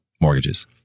mortgages